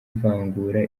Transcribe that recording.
ivangura